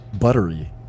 buttery